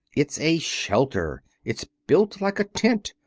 it's a shelter. it's built like a tent.